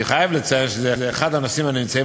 בהתאם לנתח התקציבי שהוקצה עד כה לטובת הנושא,